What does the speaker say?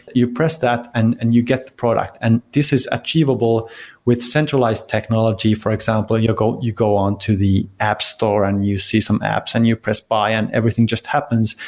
you press that and and you get the product, and this is achievable with centralized technology. for example, you go you go on to the app store and you see some apps and you press buy and everything just happens.